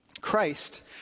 Christ